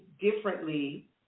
differently